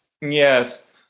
Yes